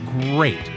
great